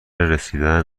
رسیدن